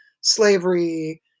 slavery